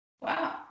Wow